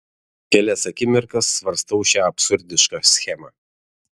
kelias akimirkas svarstau šią absurdišką schemą